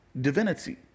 Divinity